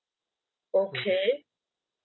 okay